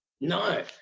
No